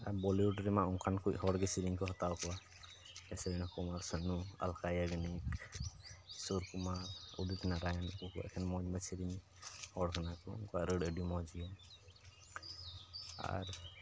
Bollywood ᱨᱮᱢᱟ ᱚᱱᱠᱟᱱ ᱠᱚ ᱦᱚᱲ ᱜᱮ ᱥᱮᱨᱮᱧ ᱠᱚ ᱦᱟᱛᱟᱣ ᱠᱚᱣᱟ ᱥᱮᱨᱮᱧ ᱦᱮᱦᱚᱸ ᱥᱵ ᱢᱟ ᱩᱫᱤᱛ ᱱᱟᱨᱟᱭᱚᱱ ᱩᱱᱠᱩ ᱠᱚᱣᱟᱜ ᱮᱠᱮᱱ ᱢᱚᱡᱽ ᱢᱚᱡᱽ ᱥᱮᱨᱮᱧ ᱦᱚᱲ ᱠᱟᱱᱟ ᱠᱚ ᱩᱱᱠᱩᱣᱟᱜ ᱨᱟᱹᱲ ᱟᱹᱰᱤ ᱢᱚᱡᱽ ᱜᱮ ᱟᱨ